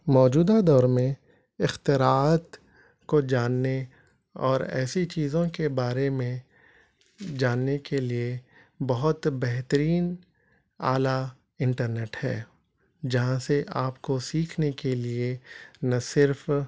موجودہ دور میں اختراعات کو جاننے اور ایسی چیزوں کے بارے میں جاننے کے لیے بہت بہترین آلہ انٹرنیٹ ہے جہاں سے آپ کو سیکھنے کے لیے نہ صرف